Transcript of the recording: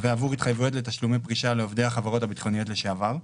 ועבור התחייבויות לתשלומי פרישה לעובדי החברות הביטחוניות לשעבר,